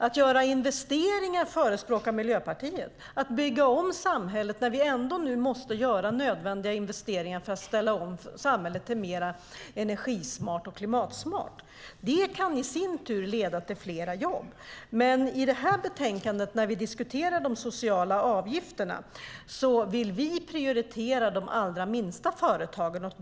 Miljöpartiet förespråkar investeringar för att bygga om samhället när vi nu ändå måste göra nödvändiga investeringar för att ställa om till ett mer energismart och klimatsmart samhälle. Det kan i sin tur leda till fler jobb. När vi diskuterar de sociala avgifterna i betänkandet vill vi prioritera de allra minsta företagen.